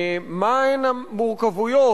מה הן המורכבויות,